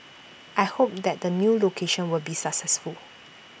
I hope that the new location will be successful